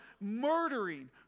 murdering